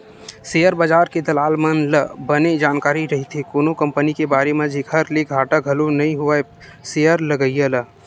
share बजार के दलाल मन ल बने जानकारी रहिथे कोनो कंपनी के बारे म जेखर ले घाटा घलो नइ होवय सेयर लगइया ल